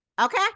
Okay